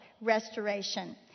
restoration